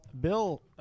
Bill